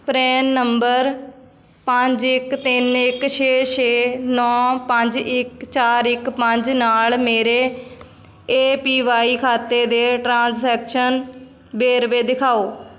PRAN number ਪੰਜ ਇੱਕ ਤਿੰਨ ਇੱਕ ਛੇ ਛੇ ਨੌ ਪੰਜ ਇੱਕ ਚਾਰ ਇੱਕ ਪੰਜ ਨਾਲ ਮੇਰੇ ਏ ਪੀ ਬਾਈ ਖਾਤੇ ਦੇ ਟ੍ਰਾਂਜੈਕਸ਼ਨ ਵੇਰਵੇ ਦਿਖਾਓ